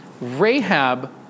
Rahab